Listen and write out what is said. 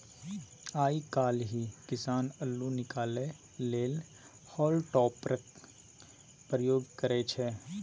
आइ काल्हि किसान अल्लु निकालै लेल हॉल टॉपरक प्रयोग करय छै